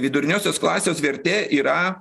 viduriniosios klasės vertė yra